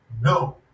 No